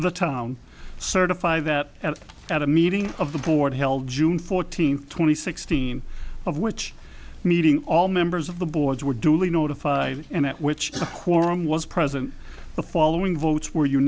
the town certify that at a meeting of the board held june fourteenth twenty sixteen of which meeting all members of the board were duly notified and at which quorum was present the following votes were